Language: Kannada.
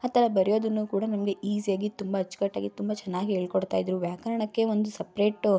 ಅಥವಾ ಬರೆಯೋದನ್ನು ಕೂಡ ನಮಗೆ ಈಸಿಯಾಗಿ ತುಂಬ ಅಚ್ಚುಕಟ್ಟಾಗಿ ತುಂಬ ಚೆನ್ನಾಗಿ ಹೇಳ್ಕೊಡ್ತಾಯಿದ್ರು ವ್ಯಾಕರಣಕ್ಕೆ ಒಂದು ಸಪರೇಟು